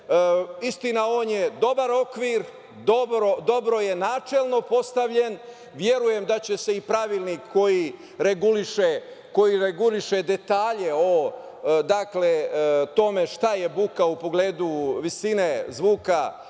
Istina, on je dobar okvir, dobro je načelno postavljen. Verujem da će se i pravnik koji reguliše detalje o tome šta je buka u pogledu visine zvuka,